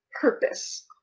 purpose